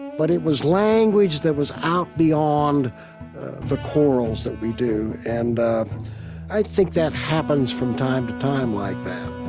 but it was language that was out beyond the quarrels that we do. and i i think that happens from time to time like that